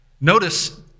notice